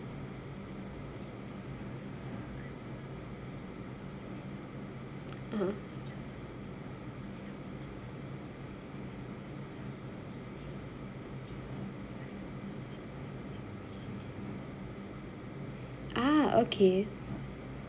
uh-huh ah okay